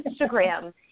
Instagram